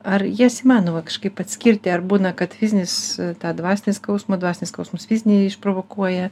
ar jas įmanoma kažkaip atskirti ar būna kad fizinis tą dvasinį skausmą dvasinis skausmas fizinį išprovokuoja